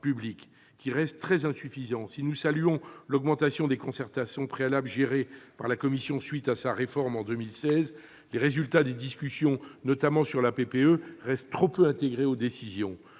public restent très insuffisants. Si nous saluons la hausse des concertations préalables gérées par la Commission à la suite de sa réforme en 2016, les résultats des discussions, notamment sur la PPE, restent trop peu intégrés aux décisions.